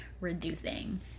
reducing